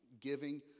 Giving